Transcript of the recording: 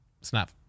Snap